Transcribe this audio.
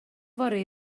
fory